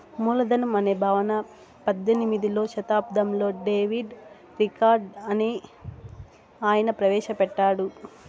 మూలధనం అనే భావన పద్దెనిమిదో శతాబ్దంలో డేవిడ్ రికార్డో అనే ఆయన ప్రవేశ పెట్టాడు